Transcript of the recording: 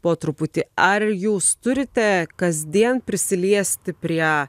po truputį ar jūs turite kasdien prisiliesti prie